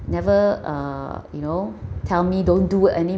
never uh you know tell me don't do it any more